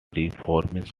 reformist